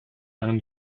einen